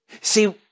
See